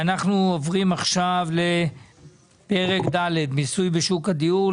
אנחנו עוברים עכשיו לפרק ד' (מיסוי בשוק הדיור),